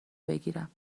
بگیرم